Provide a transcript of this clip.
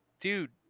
dude